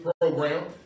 program